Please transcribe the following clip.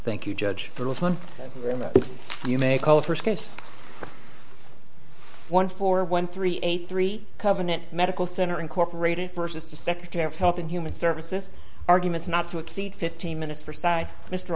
thank you judge you may call it one four one three eight three covenant medical center incorporated versus the secretary of health and human services arguments not to exceed fifteen minutes for side mr